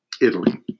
Italy